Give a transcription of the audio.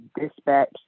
dispatch